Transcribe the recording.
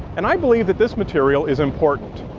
and i believe that this material is important.